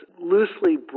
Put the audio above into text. loosely